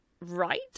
right